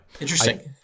interesting